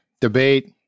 debate